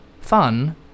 fun